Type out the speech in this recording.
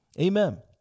Amen